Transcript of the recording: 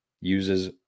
uses